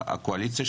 מכיר את הנתונים,